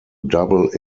double